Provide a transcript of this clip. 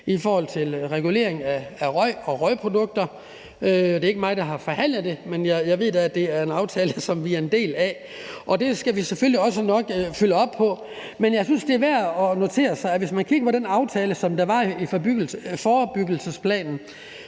i forhold til en regulering af røgprodukter. Og det er ikke mig, der har forhandlet det, men jeg ved da, at det er en aftale, som vi er en del af, og det skal vi selvfølgelig også nok følge op på, men jeg synes, det er værd at notere sig, at hvis man kigger på den aftale, der var i forebyggelsesplanen,